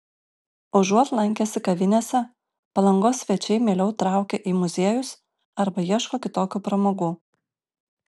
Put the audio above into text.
užuot lankęsi kavinėse palangos svečiai mieliau traukia į muziejus arba ieško kitokių pramogų